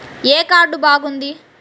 ఏ card బాగుంది?